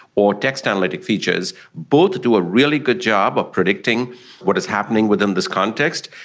or text analytic features, both do a really good job of predicting what is happening within this context,